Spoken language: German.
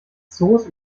zoos